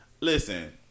listen